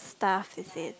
stuff is it